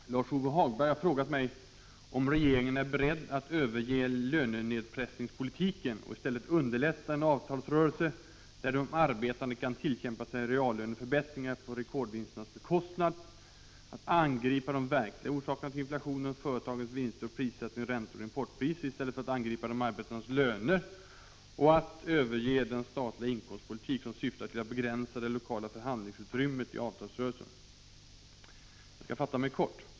Fru talman! Lars-Ove Hagberg har frågat mig om regeringen är beredd att överge lönenedpressningspolitiken och i stället underlätta en avtalsrörelse där de arbetande kan tillkämpa sig reallöneförbättringar på rekordvinsternas bekostnad, att angripa de verkliga orsakerna till inflationen — företagens vinster och prissättning, räntor och importpriser — i stället för att angripa de arbetandes löner och att överge den statliga inkomstpolitik som syftar till att begränsa det lokala förhandlingsutrymmet i avtalsrörelsen. Jag skall fatta mig kort.